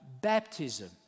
baptism